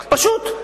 פשוט.